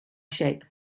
shape